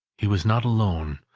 he was not alone,